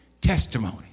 testimony